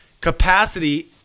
capacity